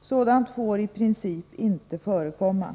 Sådant får i princip inte förekomma.